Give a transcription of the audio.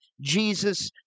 Jesus